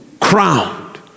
crowned